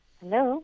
hello